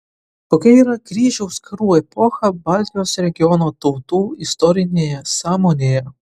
kokia yra kryžiaus karų epocha baltijos regiono tautų istorinėje sąmonėje